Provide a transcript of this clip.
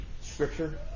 Scripture